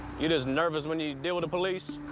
you just nervous when you deal with the police?